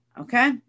Okay